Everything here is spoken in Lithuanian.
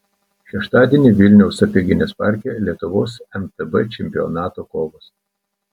šeštadienį vilniaus sapieginės parke lietuvos mtb čempionato kovos